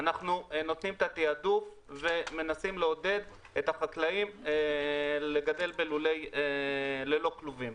אנחנו נותנים את התעדוף ומנסים לעודד את החקלאים לגדל ללא כלובים.